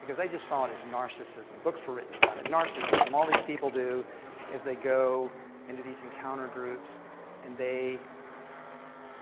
because they just saw it as narcissism. books were written about it. narcissism, all these people do is they go into these encounter groups and they